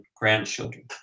grandchildren